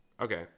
okay